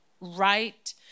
right